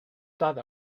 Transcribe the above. thought